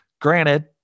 Granted